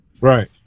Right